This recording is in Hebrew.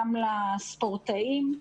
גם לספורטאים.